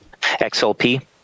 XLP